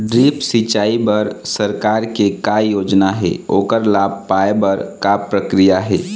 Drip सिचाई बर सरकार के का योजना हे ओकर लाभ पाय बर का प्रक्रिया हे?